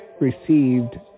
received